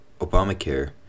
Obamacare